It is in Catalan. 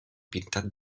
pintat